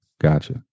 Gotcha